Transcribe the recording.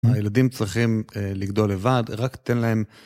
הילדים צריכים לגדול לבד, רק תן להם...